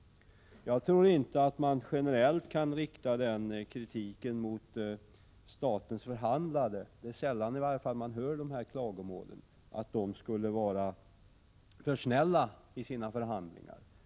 Jag tror inte att man generellt kan rikta den kritiken mot statens förhandlare — det är i varje fall sällan man hör de klagomålen — att de skulle vara för snälla i sina förhandlingar.